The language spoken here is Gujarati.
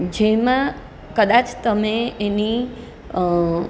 જેમાં કદાચ તમે એની